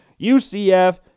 UCF